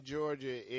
Georgia